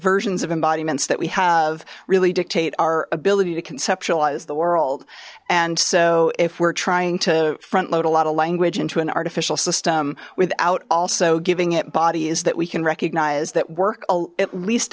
versions of embodiments that we have really dictate our ability to conceptualize the world and so if we're trying to front load a lot of language into an artificial system without also giving it bodies that we can recognize that work at least